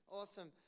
Awesome